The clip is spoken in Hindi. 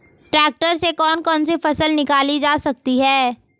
ट्रैक्टर से कौन कौनसी फसल निकाली जा सकती हैं?